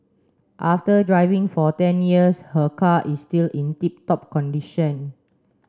after driving for ten years her car is still in tip top condition